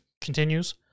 continues